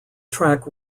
track